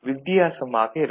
வித்தியாசமாக இருக்கும்